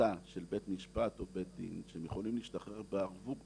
החלטה של בית משפט או בית דין שהם יכולים להשתחרר בערבות.